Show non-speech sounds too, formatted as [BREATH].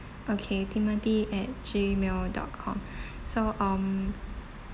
okay timothy at gmail dot com [BREATH] so um